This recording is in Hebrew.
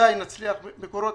מקורות